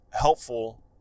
helpful